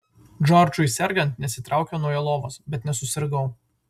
džordžui sergant nesitraukiau nuo jo lovos bet nesusirgau